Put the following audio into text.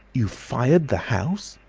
you fired the house!